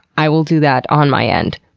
i will do that on my end,